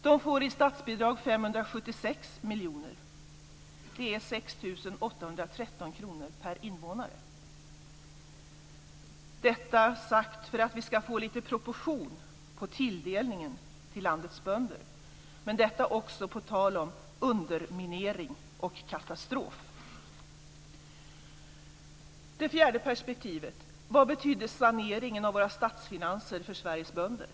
De får i statsbidrag 576 miljoner - 6 813 kr per invånare; detta sagt för att få lite proportion på tilldelningen till landets bönder men också på tal om det här med underminering och katastrof. Det fjärde perspektivet: Vad betyder saneringen av våra statsfinanser för Sveriges bönder?